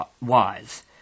wise